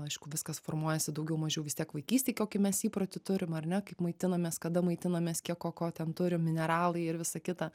aišku viskas formuojasi daugiau mažiau vis tiek vaikystėj kokį mes įprotį turim ar ne kaip maitinamės kada maitinamės kiek o ko ten turi mineralai ir visa kita